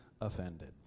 offended